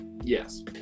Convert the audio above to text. yes